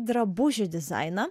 drabužių dizainą